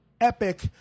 epic